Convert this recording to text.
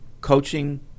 coaching